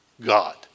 God